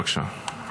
בבקשה.